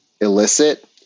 illicit